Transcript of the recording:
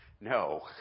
no